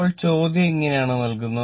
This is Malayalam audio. ഇപ്പോൾ ചോദ്യം ഇങ്ങനെയാണ് നൽകുന്നത്